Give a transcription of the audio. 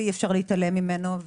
ואי אפשר להתעלם ממנו,